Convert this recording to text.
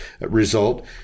result